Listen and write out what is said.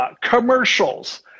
commercials